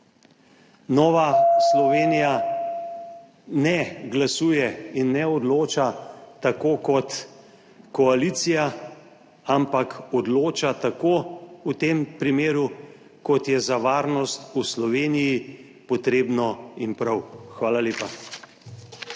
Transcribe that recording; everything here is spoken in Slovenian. Nova Slovenija ne glasuje in ne odloča tako kot koalicija, ampak v tem primeru odloča tako, kot je za varnost v Sloveniji potrebno in prav. Hala lepa.